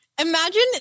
imagine